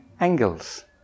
Angles